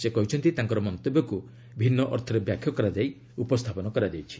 ସେ କହିଛନ୍ତି ତାଙ୍କର ମନ୍ତବ୍ୟକୁ ଭିନ୍ନ ଅର୍ଥରେ ବାଖ୍ୟା କରାଯାଇ ଉପସ୍ଥାପନ କରାଯାଇଛି